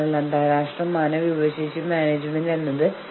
ഞങ്ങൾക്ക് എട്ട് മണിക്കൂർ ഷിഫ്റ്റ് ഉണ്ട്